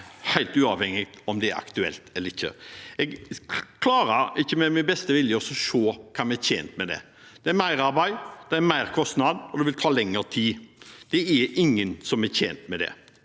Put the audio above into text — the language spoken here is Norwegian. helt uavhengig av om det er aktuelt eller ikke. Jeg klarer ikke med min beste vilje å se hva vi er tjent med ved det. Det er merarbeid, det er merkostnad, og det vil ta lengre tid. Det er ingen som er tjent med det.